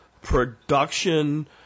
production